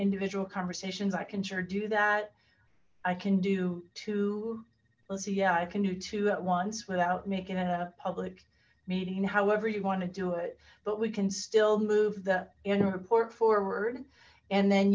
individual conversations i can sure do that i can do too let's see yeah i can do two at once without making it a public meeting however you want to do it but we can still move the in report forward and then